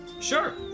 sure